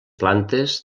plantes